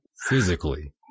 physically